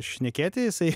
šnekėti jisai